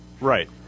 Right